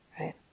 Right